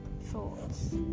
Thoughts